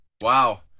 Wow